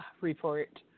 report